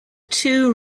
two